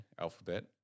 Alphabet